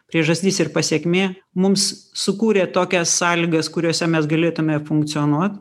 priežastis ir pasekmė mums sukūrė tokias sąlygas kuriose mes galėtume funkcionuot